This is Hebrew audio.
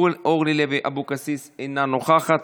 אורלי לוי אבקסיס, אינה נוכחת,